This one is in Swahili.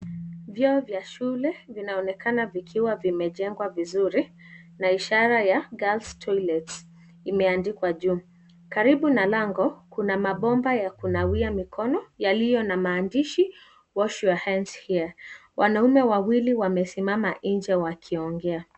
Vyoo vya shule vinaonekana vikiwa vimejengwa vizuri na ishara ya girl's toilets imeandikwa juu. Karibu na lango kuna mabomba ya kunawia mikono yaliyo na maandishi wash your hands here . Wanaume wawili wamesimama nje wakiongea.